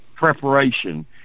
preparation